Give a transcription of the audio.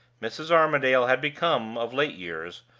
mrs. armadale had become, of late years,